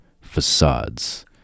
Facades